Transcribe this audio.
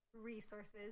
resources